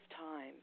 time